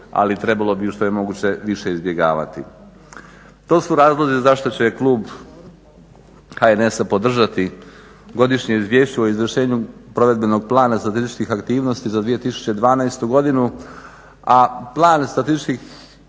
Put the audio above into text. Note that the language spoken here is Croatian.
ali trebalo bi ju što je moguće više izbjegavati. To su razlozi zašto će klub HNS-a podržati Godišnje izvješće o izvršenju provedbenog plana statističkih aktivnosti za 2012.godinu, a plan statističkih